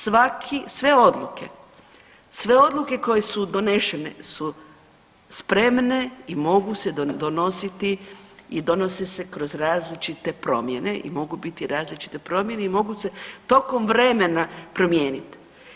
Svaki, sve odluke, sve odluke koje su donešene su spremne i mogu donositi i donose se kroz različite promjene i mogu biti različite promjene i mogu se tokom vremena promijeniti.